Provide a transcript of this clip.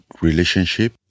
relationship